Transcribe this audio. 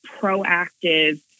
proactive